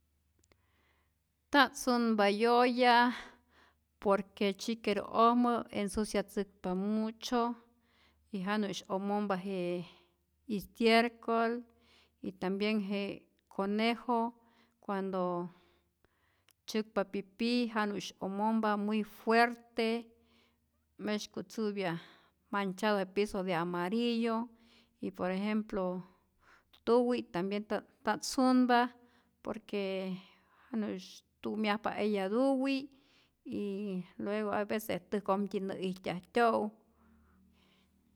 Nta't sunpa yoya por que chiqueru'ojmä ensuciatzäkpa mucho y janu'sy omompa je istiercol y tambien je conejo cuando tzyäkpa pipí janu'sy omompa muy fuerte, mesyku tzäpya manchado je piso de amarillo y por ejemplo tuwi' tambien nta't nta't sunpa por que janu'sy tu'myajpa eya tuwi' y luego hay veces täjkojmtyi nä ijtyajtyo'u.